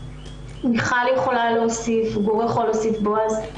מיכל יכולה להוסיף, גור יכול להוסיף, גם בועז.